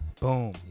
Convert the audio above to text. Boom